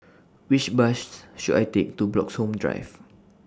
Which buses should I Take to Bloxhome Drive